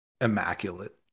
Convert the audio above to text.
immaculate